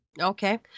Okay